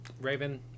Raven